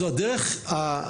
זאת לא הדרך היחידה,